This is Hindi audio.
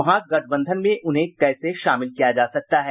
महागठबंधन में उन्हें कैसे शामिल किया जा सकता है